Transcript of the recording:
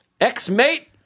ex-mate